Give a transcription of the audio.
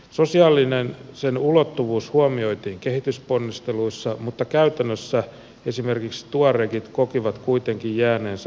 sosiaalinen ulottuvuus huomioitiin kehitysponnisteluissa mutta käytännössä esimerkiksi tuaregit kokivat kuitenkin jääneensä marginaaliseen asemaan